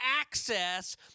access